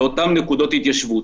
לאותן נקודות התיישבות.